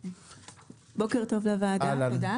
תודה.